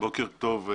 בוקר טוב.